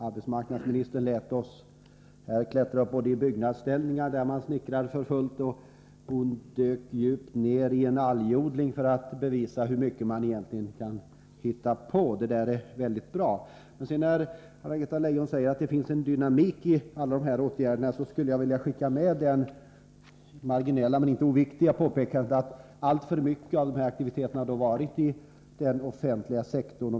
Arbetsmarknadsministern lät oss bildligt talat klättra upp på byggnadsställningar där man snickrar för fullt, och hon dök djupt ner i en algodling för att visa hur mycket man egentligen kan hitta på. Det där är väldigt bra. Men när Anna-Greta Leijon säger att det finns en dynamik i de här åtgärderna skulle jag vilja skicka med det marginella men inte oviktiga påpekandet att alltför mycket av de här aktiviteterna har legat inom den offentliga sektorn.